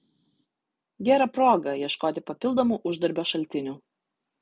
gera proga ieškoti papildomų uždarbio šaltinių